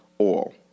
oil